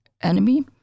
enemy